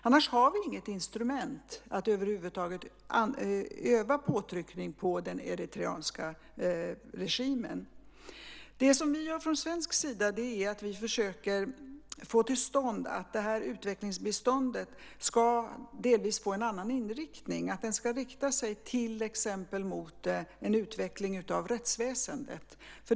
Annars har vi inget instrument över huvud taget för att utöva påtryckning på den eritreanska regimen. Det vi gör från svensk sida är att vi försöker få till stånd att utvecklingsbiståndet delvis ska få en annan inriktning. Det ska rikta sig till exempel mot en utveckling av rättsväsendet.